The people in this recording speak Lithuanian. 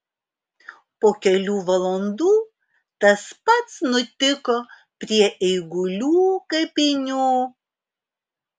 po kelių valandų tas pats nutiko prie eigulių kapinių